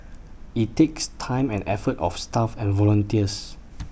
IT takes time and effort of staff and volunteers